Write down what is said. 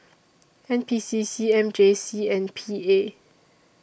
N P C C M J C and P A